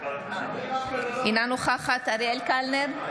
אינה נוכחת אריאל קלנר,